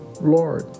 Lord